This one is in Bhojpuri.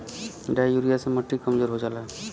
डाइ यूरिया से मट्टी कमजोर हो जाला